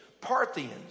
Parthians